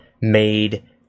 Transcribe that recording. made